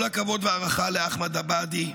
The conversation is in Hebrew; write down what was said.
כל הכבוד וההערכה לאחמד עבאדי,